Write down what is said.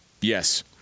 Yes